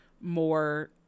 more